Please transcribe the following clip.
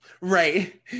Right